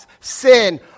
sin